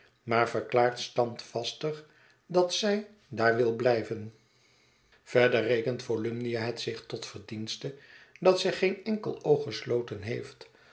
maar verklaart standvastig dat zij daar wil blijven verder rekent volumnia het zich tot verdienste dat zij geen enkel oog gesloten heeft